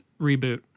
reboot